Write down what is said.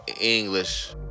English